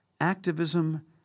Activism